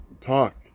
talk